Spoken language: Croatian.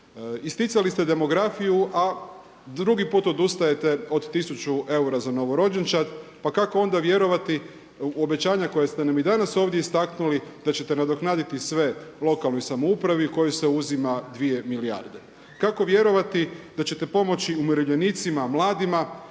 Isticali ste demografiju a drugi put odustajete od 1000 eura za novorođenčad. Pa kako onda vjerovati u obećanja koja ste nam i danas ovdje istaknuli da ćete nadoknaditi sve lokalnoj samoupravi kojoj se uzima 2 milijarde? Kako vjerovati da ćete pomoći umirovljenicima, mladima